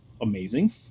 amazing